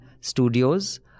Studios